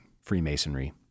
Freemasonry